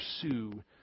pursue